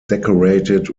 decorated